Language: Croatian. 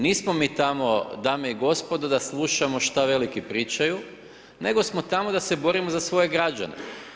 Nismo mi tamo dame i gospodo da slušamo šta veliki pričaju nego smo tamo da se borimo za svoje građane.